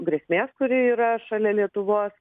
grėsmės kuri yra šalia lietuvos